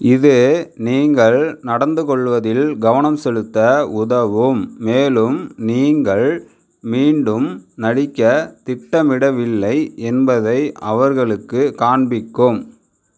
இது நீங்கள் நடந்துகொள்வதில் கவனம் செலுத்த உதவும் மேலும் நீங்கள் மீண்டும் நடிக்கத் திட்டமிடவில்லை என்பதை அவர்களுக்குக் காண்பிக்கும்